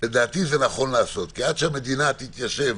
לדעתי זה נכון לעשות כי עד שהמדינה תתיישב